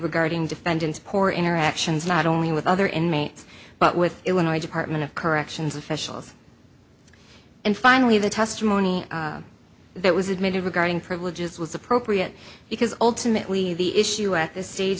regarding defendants poor interactions not only with other inmates but with illinois department of corrections officials and finally the testimony that was admitted regarding privileges was appropriate because ultimately the issue at this stage